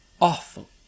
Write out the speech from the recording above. awful